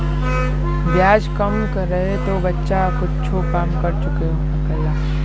ब्याज कम रहे तो बच्चा कुच्छो काम कर के चुका सकला